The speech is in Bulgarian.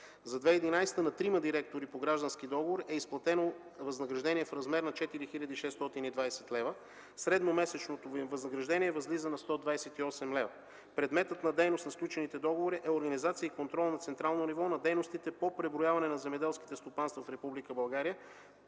За 2011 г. на трима директори по граждански договор e изплатено възнаграждение в размер на 4620 лева. Средномесечното им възнаграждение възлиза на 128 лева. Предметът на дейност на сключените договори е организация и контрол на централно ниво на дейностите по преброяване на земеделските стопанства в